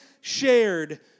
shared